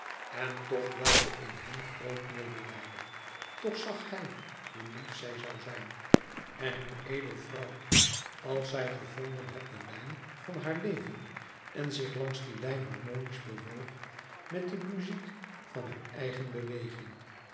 en toch welde in hem groot medelijden toch zag hij hoe lief zij zoû zijn en hoe edel vrouw als zij gevonden had de lijn van haar leven en zich langs die lijn harmonisch bewoog met de muziek van haar eigen beweging